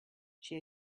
she